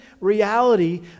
reality